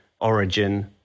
origin